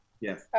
Yes